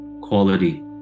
quality